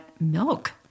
milk